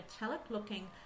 metallic-looking